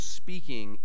speaking